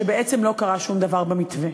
שבעצם לא קרה שום דבר במתווה.